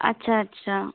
আচ্ছা আচ্ছা